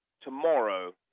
tomorrow